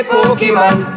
Pokemon